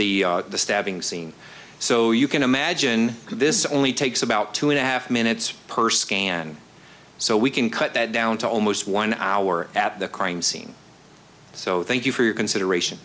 the stabbing scene so you can imagine this only takes about two and a half minutes per scan so we can cut that down to almost one hour at the crime scene so thank you for your consideration